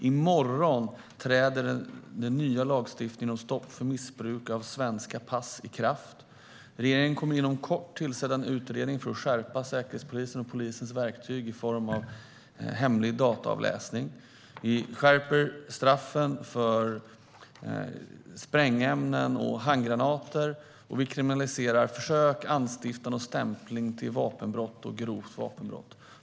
I morgon träder den nya lagstiftningen om stopp för missbruk av svenska pass i kraft. Regeringen kommer inom kort att tillsätta en utredning för att skärpa Säkerhetspolisens och polisens verktyg i form av hemlig dataavläsning. Vi skärper straffen för brott med sprängämnen och handgranater, och vi kriminaliserar försök, anstiftan och stämpling till vapenbrott och grovt vapenbrott.